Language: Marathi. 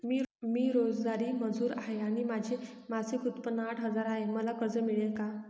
मी रोजंदारी मजूर आहे आणि माझे मासिक उत्त्पन्न आठ हजार आहे, मला कर्ज मिळेल का?